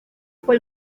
fue